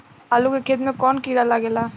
आलू के खेत मे कौन किड़ा लागे ला?